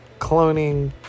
cloning